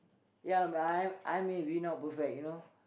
ya my I may be not perfect you know